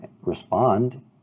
respond